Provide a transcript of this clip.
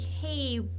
hey